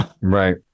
right